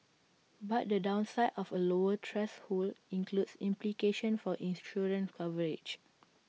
but the downside of A lower threshold includes implications for insurance coverage